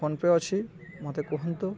PhonePe ଅଛି ମୋତେ କୁହନ୍ତୁ